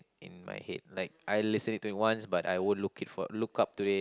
in my head like I listen to it once but I won't look it for look up to it